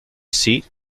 seat